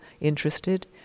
interested